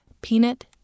peanut